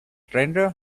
stranger